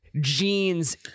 jeans